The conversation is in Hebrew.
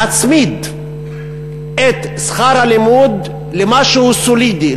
להצמיד את שכר הלימוד למשהו סולידי.